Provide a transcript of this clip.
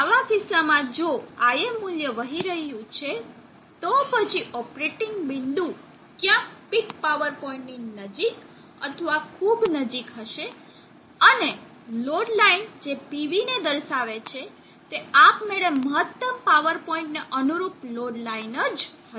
આવા કિસ્સામાં જો Im મૂલ્ય વહી રહ્યું છે તો પછી ઓપરેટિંગ બિંદુ ક્યાંક પીક પાવર પોઇન્ટની નજીક અથવા ખૂબ નજીક હશે અને લોડ લાઇન જે PV ને દર્શાવે છે તે આપમેળે મહત્તમ પાવર પોઇન્ટને અનુરૂપ લોડ લાઇન જ થશે